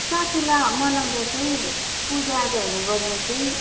साकेला मनाउँदा चाहिँ पूजाआजाहरू गर्दा चाहिँ